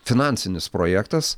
finansinis projektas